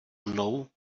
mnou